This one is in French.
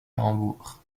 hambourg